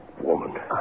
woman